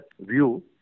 view